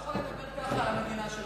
אם לא היתה דמוקרטיה לא היית פה עכשיו.